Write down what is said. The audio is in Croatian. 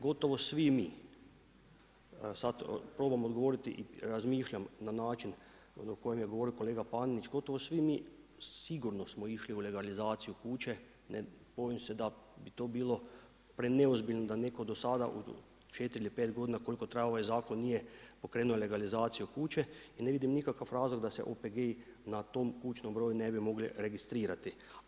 Gotovo svi mi, sad probam odgovoriti, razmišljam na način, o kojem je govorio kolega Panenić, gotovo svim mi sigurno smo išli u legalizaciju kuće, bojim se da bi to bilo preozbiljno da netko do sada u 4 ili 5 godina koliko traje ovaj zakon, nije pokrenuo legalizaciju kuće i ne vidim nikakav razlog da se OPG-i na tom kućnom ne bi mogli registrirati.